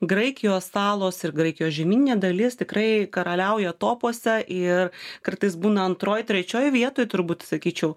graikijos salos ir graikijos žemyninė dalis tikrai karaliauja topuose ir kartais būna antroj trečioj vietoj turbūt sakyčiau